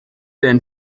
then